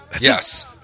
Yes